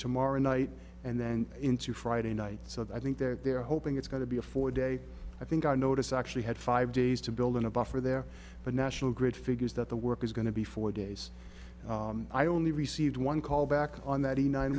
tomorrow night and then into friday night so i think that they're hoping it's going to be a four day i think i notice actually had five days to build in a buffer there but national grid figures that the work is going to be four days i only received one call back on that